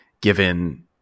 given